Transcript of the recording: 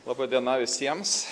laba diena visiems